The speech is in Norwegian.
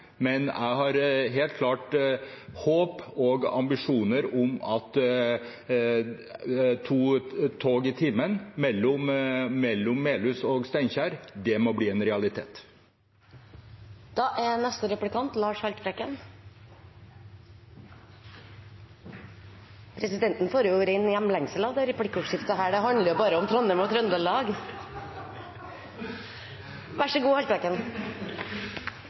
men jeg har helt klart håp og ambisjoner om at to tog i timen mellom Melhus og Steinkjer må bli en realitet. Presidenten får ren hjemlengsel av dette replikkordskiftet. Det handler bare om Trondheim og Trøndelag.